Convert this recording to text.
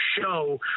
show